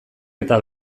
eta